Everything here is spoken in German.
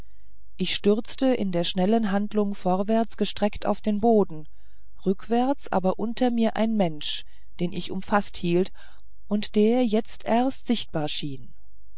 ich stürzte in der schnellen handlung vorwärts gestreckt auf den boden rückwärts aber unter mir ein mensch den ich umfaßt hielt und der jetzt erst sichtbar erschien